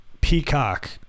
peacock